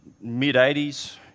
mid-80s